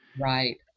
Right